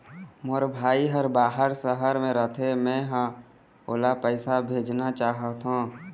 मोर भाई हर बाहर शहर में रथे, मै ह ओला पैसा भेजना चाहथों